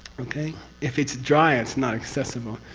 okay? if it's dry it's not accessible.